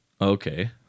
Okay